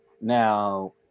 Now